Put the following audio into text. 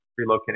relocating